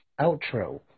outro